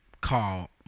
call